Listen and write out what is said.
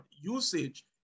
usage